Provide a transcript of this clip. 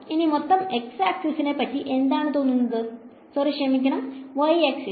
ഇനി മൊത്തം x ആക്സിസിനെ പറ്റി എന്താണ് തോന്നുന്നത് ക്ഷമിക്കണം y ആക്സിസ്